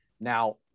now